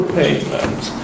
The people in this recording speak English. payments